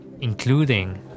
including